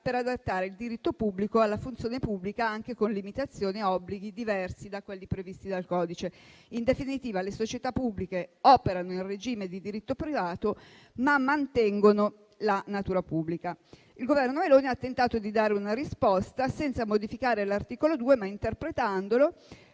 per adattare il diritto pubblico alla funzione pubblica anche con limitazioni e obblighi diversi da quelli previsti dal codice. In definitiva le società pubbliche operano in regime di diritto privato, ma mantengono la natura pubblica. Il Governo Meloni ha tentato di dare una risposta senza modificare l'articolo 2, ma interpretandolo